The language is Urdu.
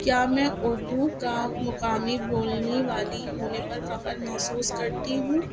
کیا میں اردو کا مقامی بولنے والی ہونے پر فخر محسوس کرتی ہوں